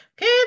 Okay